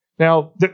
Now